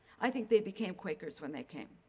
i think they became quakers when they came.